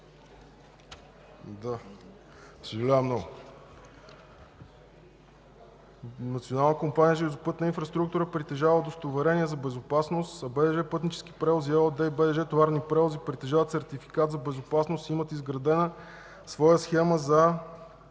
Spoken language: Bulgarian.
Съжалявам много. Национална компания „Железопътна инфраструктура” притежава удостоверение за безопасност, а „БДЖ – Пътнически превози” ООД, и „БДЖ – Товарни превози”, притежават сертификат за безопасност и имат изградена своя схема за